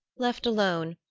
left alone,